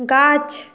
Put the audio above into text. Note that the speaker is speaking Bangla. গাছ